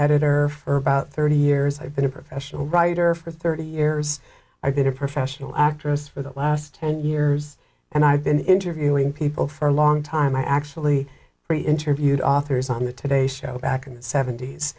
editor for about thirty years i've been a professional writer for thirty years i've been a professional actress for the last ten years and i've been interviewing people for a long time i actually interviewed authors on the today show back in the sevent